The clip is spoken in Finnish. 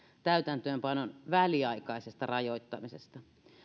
täytäntöönpanon väliaikaisesta rajoittamisesta